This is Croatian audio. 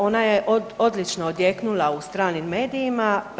Ona je odlično odjeknula u stranim medijima.